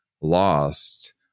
lost